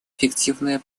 эффективное